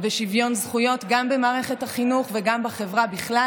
ושוויון זכויות גם במערכת החינוך וגם בחברה בכלל.